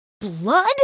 blood